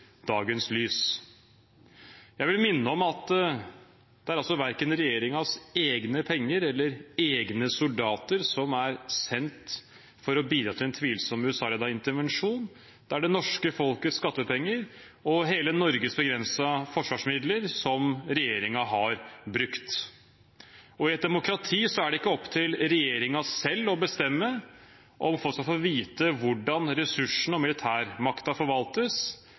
lys. Jeg vil minne om at det er verken regjeringens egne penger eller egne soldater som er sendt for å bidra til en tvilsom USA-ledet intervensjon, det er det norske folkets skattepenger og hele Norges begrensede forsvarsmidler som regjeringen har brukt. I et demokrati er det ikke opp til regjeringen selv å bestemme om folk skal få vite hvordan ressursene og militærmakten forvaltes.